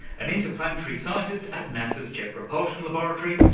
an interplanetary scientist at nasa's jet propulsion laboratory,